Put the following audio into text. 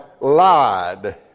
lied